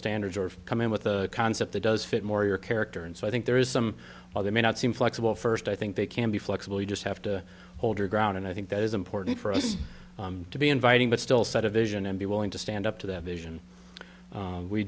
standards or come in with a concept that does fit more your character and so i think there is some well they may not seem flexible first i think they can be flexible you just have to hold your ground and i think that is important for us to be inviting but still set a vision and be willing to stand up to